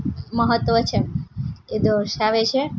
મહત્ત્વ છે એ દર્શાવે છે